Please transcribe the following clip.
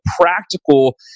practical